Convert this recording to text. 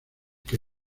que